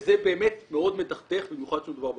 זה באמת מאוד מדכדך, במיוחד כשמדובר ברופאים.